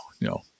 No